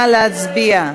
נא להצביע.